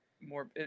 more